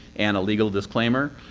and a legal disclaimer.